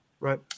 Right